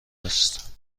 است